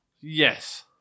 Yes